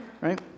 Right